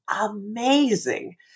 amazing